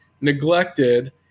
neglected